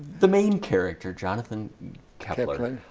the main character, jonathan kepler,